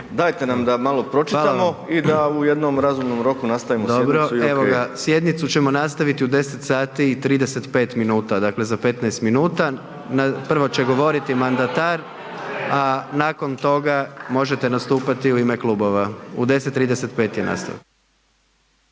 **Jandroković, Gordan (HDZ)** Hvala vam. Dobro, evo ga, sjednicu ćemo nastaviti u 10 sati i 35 minuta, dakle za 15 minuta. Prvo će govoriti mandatar a nakon toga možete nastupati u ime klubova. U 10,35 je nastavak.